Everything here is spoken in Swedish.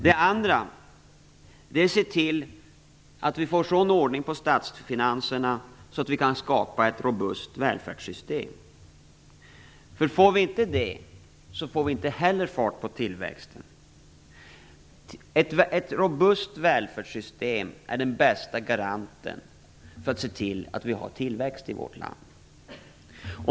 Det andra är att se till att vi får sådan ordning på statsfinanserna att vi kan skapa ett robust välfärdssystem. Får vi inte det, får vi inte heller fart på tillväxten. Ett robust välfärdssystem är den bästa garanten för tillväxt i vårt land.